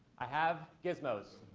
i have gizmos.